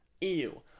Ew